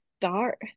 start